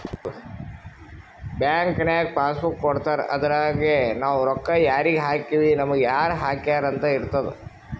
bank ನಾಗ್ pass book ಕೊಡ್ತಾರ ಅದುರಗೆ ನಾವ್ ರೊಕ್ಕಾ ಯಾರಿಗ ಹಾಕಿವ್ ನಮುಗ ಯಾರ್ ಹಾಕ್ಯಾರ್ ಅಂತ್ ಇರ್ತುದ್